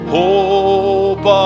hope